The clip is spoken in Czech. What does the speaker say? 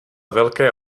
velké